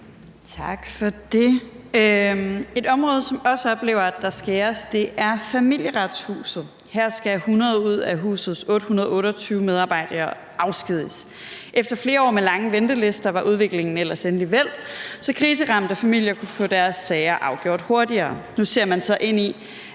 Et område, som også oplever, at der skæres, er Familieretshuset. Her skal 100 af husets 828 medarbejdere afskediges. Efter flere år med lange ventelister var udviklingen ellers endelig vendt, så kriseramte familier kunne få deres sager afgjort hurtigere. Nu ser man så ind i,